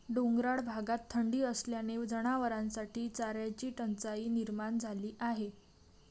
डोंगराळ भागात थंडी असल्याने जनावरांसाठी चाऱ्याची टंचाई निर्माण झाली आहे